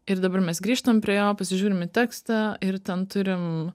ir dabar mes grįžtam prie jo pasižiūrim į tekstą ir ten turim